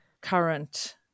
current